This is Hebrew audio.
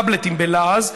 טאבלטים בלעז,